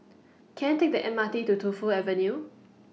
Can I Take The M R T to Tu Fu Avenue